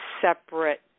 separate